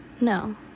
no